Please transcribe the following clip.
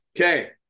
Okay